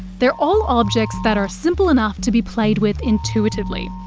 they are all objects that are simple enough to be played with intuitively.